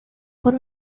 por